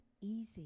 easy